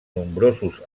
nombrosos